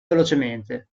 velocemente